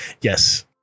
Yes